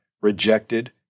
rejected